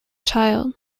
child